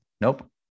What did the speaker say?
Nope